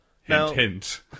Hint